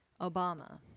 Obama